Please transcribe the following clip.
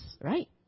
right